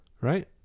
right